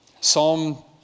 Psalm